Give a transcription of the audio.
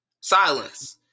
Silence